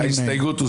הצבעה ההסתייגות לא